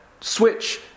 switch